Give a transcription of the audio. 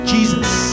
Jesus